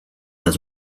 has